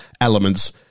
elements